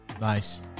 Nice